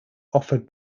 offered